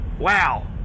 Wow